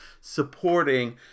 supporting